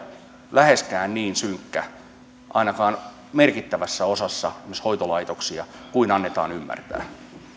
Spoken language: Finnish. läheskään niin synkkä ainakaan merkittävässä osassa hoitolaitoksia kuin annetaan ymmärtää